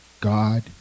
God